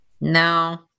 No